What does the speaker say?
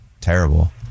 terrible